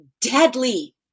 deadly